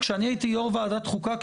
כשאני הייתי יו״ר ועדת חוקה,